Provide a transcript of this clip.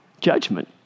judgment